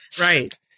right